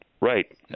right